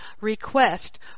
request